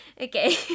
Okay